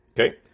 Okay